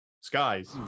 Skies